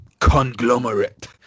conglomerate